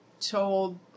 told